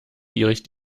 gierig